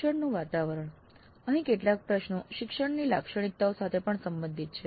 શિક્ષણનું વાતાવરણ અહીં કેટલાક પ્રશ્નો શિક્ષકની લાક્ષણિકતાઓ સાથે પણ સંબંધિત છે